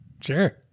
Sure